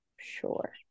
sure